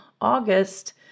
August